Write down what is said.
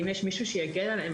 כי אם יש מישהו שהגן עליהן,